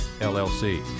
LLC